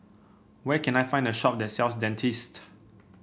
where can I find a shop that sells Dentiste